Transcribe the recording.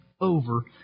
over